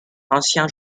ancien